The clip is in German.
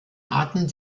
arten